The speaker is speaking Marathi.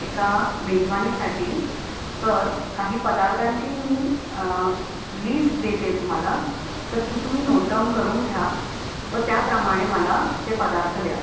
एका मेजवानीसाठी तर काही पदार्थांची मी लिस्ट देते तुम्हाला तर ती तुम्ही नोटडाउन करून घ्या व त्याप्रमाणे मला ते पदार्थ द्या